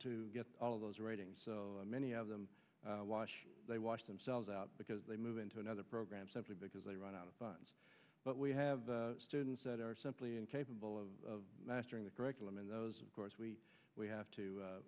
to get all those ratings so many of them they wash themselves out because they move into another program simply because they run out of funds but we have students that are simply incapable of mastering the curriculum and those of course we we have to